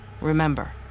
remember